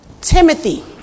Timothy